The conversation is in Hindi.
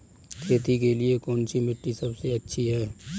खेती के लिए कौन सी मिट्टी सबसे अच्छी है?